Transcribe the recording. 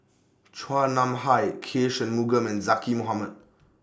Chua Nam Hai K Shanmugam and Zaqy Mohamad